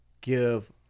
give